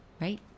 right